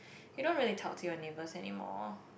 you don't really talk to your neighbours anymore